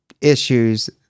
issues